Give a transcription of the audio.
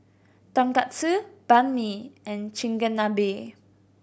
Tonkatsu Banh Mi and Chigenabe